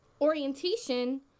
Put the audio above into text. Orientation